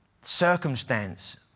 circumstance